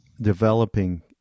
developing